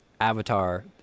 Avatar